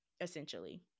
essentially